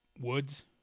Woods